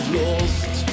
lost